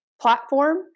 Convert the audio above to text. platform